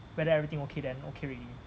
whether everything okay then okay already